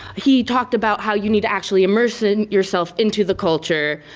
he talked about how you need to actually immerse and yourself into the culture,